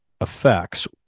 effects